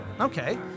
okay